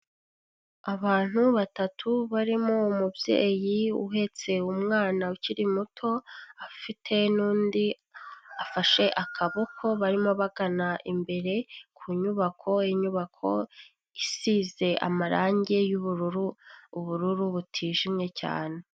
Abantu batatu barimo umubyeyi uhetse umwana ukiri muto, afite n'undi afashe akaboko barimo bagana imbere ku nyubako, inyubako isize amarangi y'ubururu, ubururu butijimye cyane.